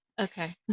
Okay